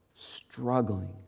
struggling